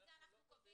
את זה אנחנו קובעים,